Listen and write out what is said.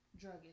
drug